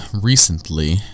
recently